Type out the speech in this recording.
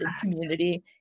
community